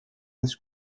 this